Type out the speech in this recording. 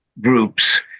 groups